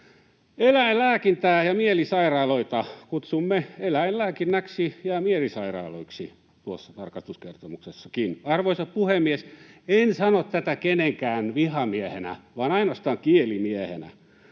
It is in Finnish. Eläinlääkintää ja mielisairaaloita kutsumme eläinlääkinnäksi ja mielisairaaloiksi tuossa tarkastuskertomuksessakin. Arvoisa puhemies! En sano tätä kenenkään vihamiehenä, vaan ainoastaan kielimiehenä: